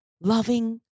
loving